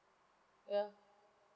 ya